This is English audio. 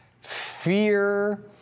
fear